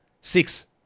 Six